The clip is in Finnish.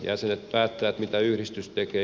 jäsenet päättävät mitä yhdistys tekee